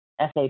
SAP